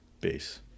base